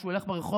כשהוא הולך ברחוב,